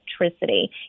electricity